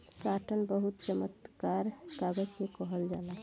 satin बहुत चमकदार कागज के कहल जाला